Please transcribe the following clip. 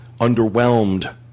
underwhelmed